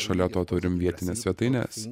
šalia to turim vietines svetaines